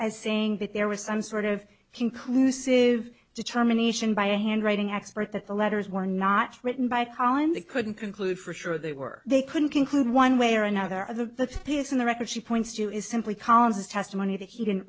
as saying that there was some sort of conclusive determination by a handwriting expert that the letters were not written by paul and they couldn't conclude for sure they were they couldn't conclude one way or another of the piece in the record she points to is simply collins's testimony that he didn't